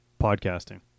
Podcasting